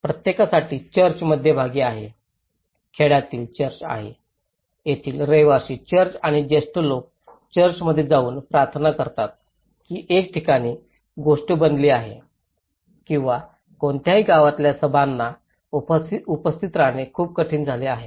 प्रत्येकासाठी चर्च मध्यभागी आहे खेड्यातील चर्च आहे तेथील रहिवासी चर्च आणि ज्येष्ठ लोक चर्चमध्ये जाऊन प्रार्थना करतात ही एक कठीण गोष्ट बनली आहे किंवा कोणत्याही गावातल्या सभांना उपस्थित राहणे खूप कठीण झाले आहे